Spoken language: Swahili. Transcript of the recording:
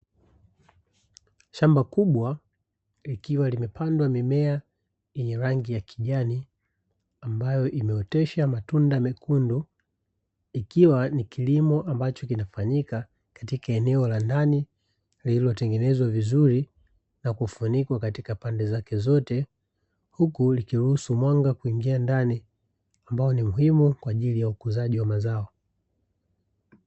Shamba kubwa, likiwa limepandwa mimea yenye rangi ya kijani, ambayo imeoteshwa matunda mekundu ikiwa ni kilimo ambacho kinafanyika katika eneo la ndani, lililotengenezwa vizuri na kufunikwa katika pande zake zote, huku likiruhusu mwanga kuingia ndani humo kwa ajili ya ukuzaji wa mazao.